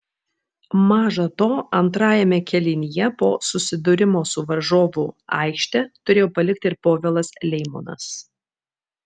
maža to antrajame kėlinyje po susidūrimo su varžovu aikštę turėjo palikti ir povilas leimonas